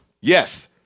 Yes